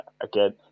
again